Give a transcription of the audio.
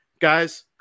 guys